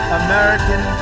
american